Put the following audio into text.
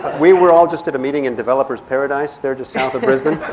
we were all just at a meeting in developer's paradise, they're just south of brisbane.